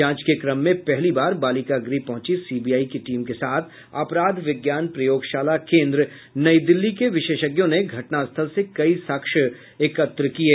जांच के क्रम में पहली बार बालिका गृह पहुंची सीबीआई की टीम के साथ अपराध विज्ञान प्रयोगशाला केन्द्र नई दिल्ली के विशेषज्ञों ने घटना स्थल से कई साक्ष्य एकत्र किये